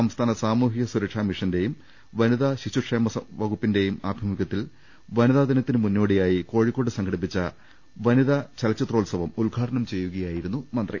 സംസ്ഥാന സാമൂഹിക സുരക്ഷാ മിഷന്റെയും വനിതാ ശിശുക്ഷേമ വകുപ്പിന്റെയും ആഭിമുഖ്യത്തിൽ വനിതാദിനത്തിന്റെ മുന്നോടി യായി കോഴിക്കോട് സംഘടിപ്പിച്ച വനിതാചലച്ചിത്രോത്സവം ഉദ്ഘാ ടനം ചെയ്യുകയായിരുന്നു മന്ത്രി